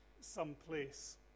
someplace